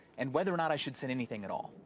and whether or not i should send anything at all.